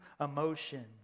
emotion